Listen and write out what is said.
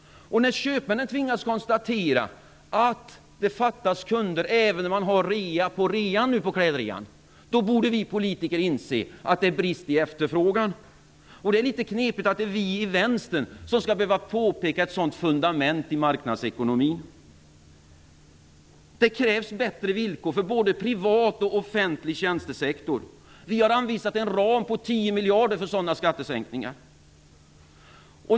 När köpmännen tvingas konstatera att det fattas kunder även när man nu igen har rea på rean på kläder borde vi politiker inse att det är brist i efterfrågan. Det är litet knepigt att det är vi i Vänstern som skall behöva påpeka ett sådant fundament i marknadsekonomin. Det krävs bättre villkor för både privat och offentlig tjänstesektor. Vi har anvisat en ram på 10 miljarder för sådana skattesänkningar.